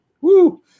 woo